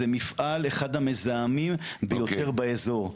זה אחד מהמפעלים המזהמים ביותר באזור.